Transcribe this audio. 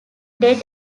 dead